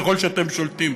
ככל שאתם שולטים: